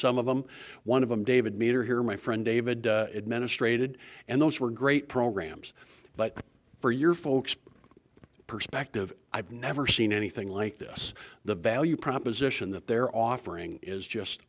some of them one of them david meter here my friend david administrated and those were great programs but for your folks perspective i've never seen anything like this the value proposition that they're offering is just